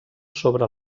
sobre